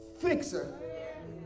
fixer